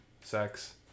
sex